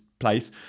place